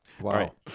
Wow